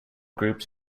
groups